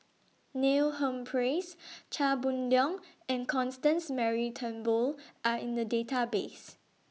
Neil Humphreys Chia Boon Leong and Constance Mary Turnbull Are in The Database